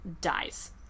dies